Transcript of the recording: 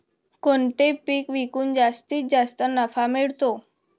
कोणते पीक विकून जास्तीत जास्त नफा मिळतो?